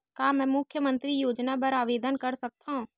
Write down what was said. का मैं मुख्यमंतरी योजना बर आवेदन कर सकथव?